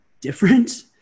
different